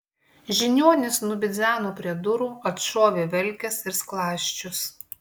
žiniuonis nubidzeno prie durų atšovė velkes ir skląsčius